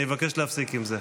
אני מבקש להפסיק עם זה.